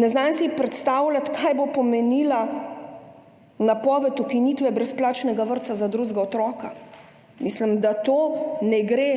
Ne znam si predstavljati, kaj bo pomenila napoved ukinitve brezplačnega vrtca za drugega otroka. Mislim, da to ne gre